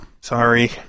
Sorry